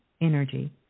energy